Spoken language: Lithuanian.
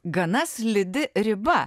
gana slidi riba